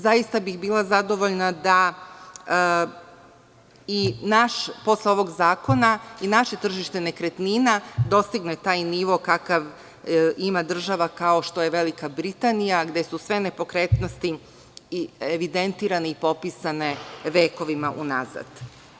Zaista bih bila zadovoljna da posle ovog zakona i naše tržište nekretnina dostigne taj nivo, kakav ima država kao što je Velika Britanija, gde su sve nepokretnosti i evidentirane i popisane vekovima u nazad.